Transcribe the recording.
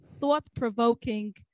thought-provoking